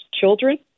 Children